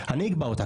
אני אקבע אותה,